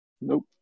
Nope